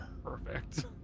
Perfect